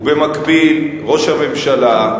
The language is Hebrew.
ובמקביל ראש הממשלה,